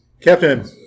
Captain